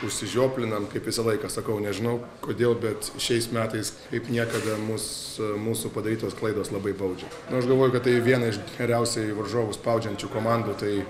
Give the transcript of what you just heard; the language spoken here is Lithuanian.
užsižioplinam kaip visą laiką sakau nežinau kodėl bet šiais metais kaip niekada mūsų mūsų padarytos klaidos labai baudžia aš galvoju kad tai viena iš geriausiai varžovus spaudžiančių komandų tai